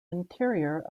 interior